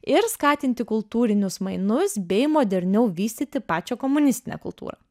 ir skatinti kultūrinius mainus bei moderniau vystyti pačią komunistinę kultūrą